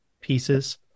pieces